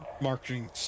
marketing